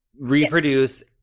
reproduce